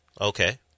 okay